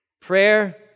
Prayer